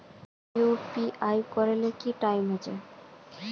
UPI करे ले कोई टाइम होचे?